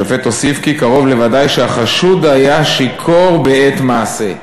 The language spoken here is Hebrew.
השופט הוסיף כי קרוב לוודאי שהחשוד היה שיכור בעת מעשה.